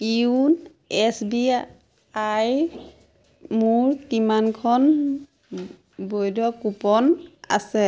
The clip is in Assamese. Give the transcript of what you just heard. য়োন্ এছ বি আইত মোৰ কিমানখন বৈধ কুপন আছে